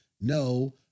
no